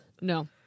No